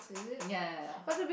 ya ya ya